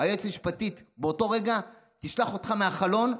היועצת המשפטית באותו רגע תשלח אותך מהחלון,